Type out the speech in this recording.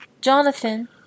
Jonathan